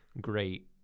great